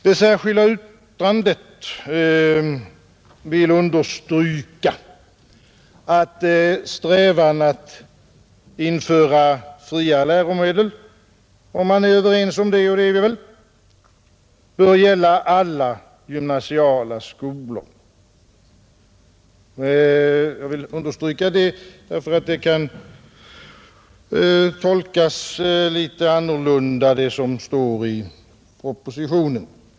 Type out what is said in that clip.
Det särskilda yttrandet vill understryka att strävan att införa fria läromedel — om man är överens om denna strävan, och det är man väl — bör gälla alla gymnasiala skolor, Jag vill understryka det, därför att det som står i propositionen kan tolkas annorlunda.